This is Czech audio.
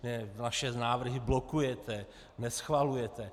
Vy naše návrhy blokujete, neschvalujete.